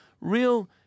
real